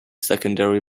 secondary